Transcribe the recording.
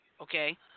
okay